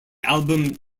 album